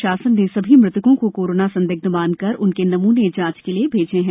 प्रशासन ने सभी मुतकों को कोरोना संदिग्ध मानकर उनके नमूने जांच के लिए भेजे हैं